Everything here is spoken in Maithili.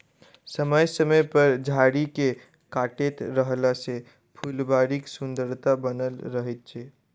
समय समय पर झाड़ी के काटैत रहला सॅ फूलबाड़ीक सुन्दरता बनल रहैत छै